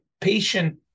patient